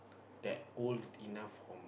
that old enough for